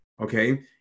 okay